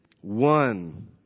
one